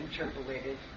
interpolated